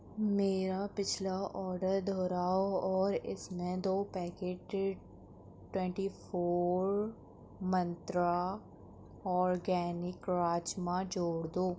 میرا پچھلا اوڈر دوہراؤ اور اس میں دو پیکٹ ٹریٹ twenty four Mantra organic rajma جوڑ دو